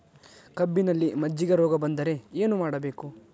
ಕಬ್ಬಿನಲ್ಲಿ ಮಜ್ಜಿಗೆ ರೋಗ ಬಂದರೆ ಏನು ಮಾಡಬೇಕು?